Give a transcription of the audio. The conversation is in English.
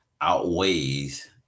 outweighs